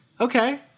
Okay